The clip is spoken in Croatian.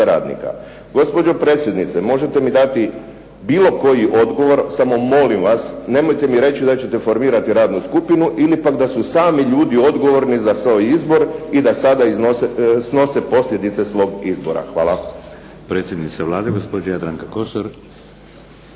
radnika. Gospođo predsjednice, možete mi dati bilo koji odgovor, samo molim vas, nemojte mi reći da ćete formirati radnu skupinu ili pak da su sami ljudi odgovorni za svoj izbor i da sada snose posljedice svoga izbora. Hvala. **Šeks, Vladimir (HDZ)** Predsjednica Vlade, gospođa Jadranaka Kosor.